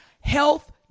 health